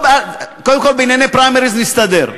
קודם כול, בענייני פריימריז, נסתדר.